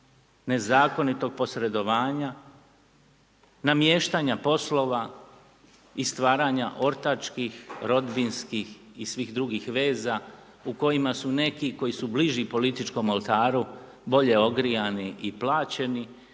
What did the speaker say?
nezakonitog posredovanja, namještanja poslova i stvaranja ortačkih, rodbinskih i svih drugih veza, u kojima su neki, koji su bliži političkom oltaru bolje ogrijani i plaćeni,